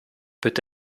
peut